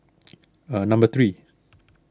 number three